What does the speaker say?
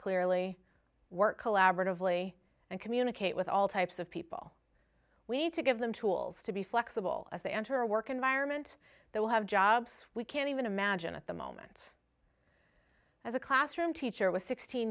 clearly work collaboratively and communicate with all types of people we need to give them tools to be flexible as they enter a work environment they will have jobs we can even imagine at the moment as a classroom teacher was sixteen